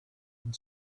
and